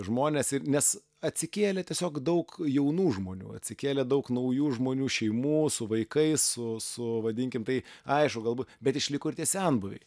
žmonės ir nes atsikėlė tiesiog daug jaunų žmonių atsikėlė daug naujų žmonių šeimų su vaikais su vadinkim tai aišku galbūt bet išliko ir tie senbuviai